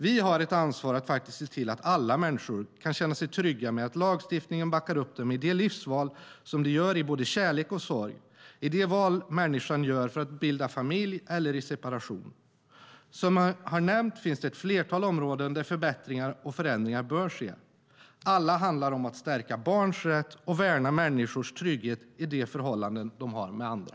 Vi har ett ansvar att se till att alla människor kan känna sig trygga med att lagstiftningen backar upp dem i de livsval som de gör i både kärlek och sorg - i de val som människan gör för att bilda familj eller i separation. Som jag har nämnt finns det ett flertal områden där förbättringar och förändringar bör ske. Alla handlar om att stärka barns rätt och värna människors trygghet i de förhållanden de har med andra.